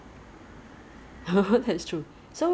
二月吧 I think before before the government says that